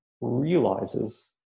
realizes